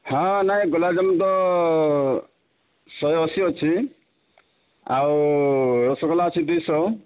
ହଁ ନାହିଁ ଗୋଲାପଜାମୁନ ତ ଶହେ ଅଶି ଅଛି ଆଉ ରସଗୋଲା ଅଛି ଦୁଇ ଶହ